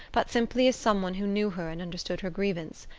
but simply as some one who knew her and understood her grievance.